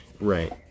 Right